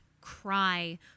cry